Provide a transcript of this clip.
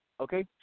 okay